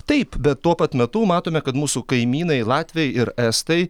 taip bet tuo pat metu matome kad mūsų kaimynai latviai ir estai